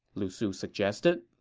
lu su suggested.